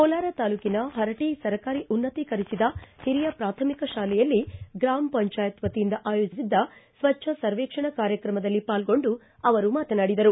ಕೋಲಾರ ತಾಲೂಕಿನ ಪರಟಿ ಸರ್ಕಾರಿ ಉನ್ನತೀಕರಿಸಿದ ಹಿರಿಯ ಪೂಥಮಿಕ ಶಾಲೆಯಲ್ಲಿ ಗ್ರಾಮ ಪಂಚಾಯತ್ ವತಿಯಿಂದ ಆಯೋಜಿಸಿದ್ದ ಸ್ವಚ್ಚ ಸರ್ವೇಕ್ಷಣ ಕಾರ್ಯಕ್ರಮದಲ್ಲಿ ಪಾಲ್ಗೊಂಡು ಅವರು ಮಾತನಾಡಿದರು